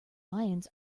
lions